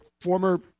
Former